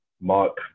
Mark